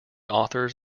authors